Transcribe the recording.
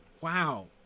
wow